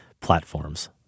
platforms